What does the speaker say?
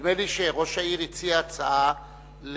נדמה לי שראש העיר הציע הצעה לאשרר